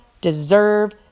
deserve